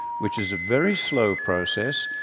which is a very slow process,